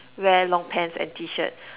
wear long pants and T-shirts